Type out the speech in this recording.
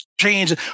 change